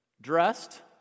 dressed